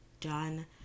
done